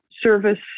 service